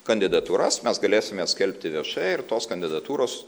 kandidatūras mes galėsim jas skelbti viešai ir tos kandidatūros